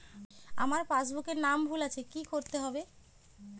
আমার পাসবুকে নাম ভুল আছে কি করতে হবে?